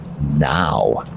now